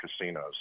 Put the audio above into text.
casinos